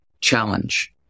challenge